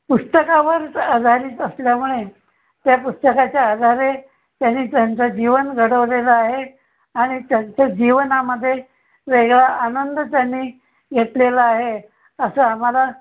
पुस्तकावरच आधारित असल्यामुळे त्या पुस्तकाच्या आधारे त्यांनी त्यांचं जीवन घडवलेलं आहे आणि त्यांच्या जीवनामध्ये वेगळा आनंद त्यांनी घेतलेला आहे असं आम्हाला